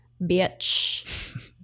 Bitch